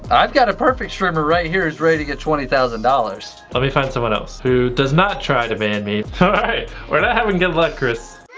i've got a perfect streamer right here ready to get twenty thousand dollars. let me find someone else, who does not try to ban me. we're not having good luck chris.